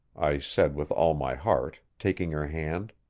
i said with all my heart, taking her hand.